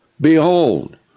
Behold